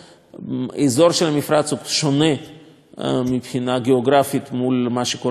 האזור של המפרץ שונה מבחינה גיאוגרפית מול מה שקורה בבאר-שבע,